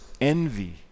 envy